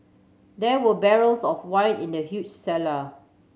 there were barrels of wine in the huge cellar